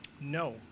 No